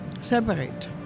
separate